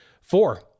Four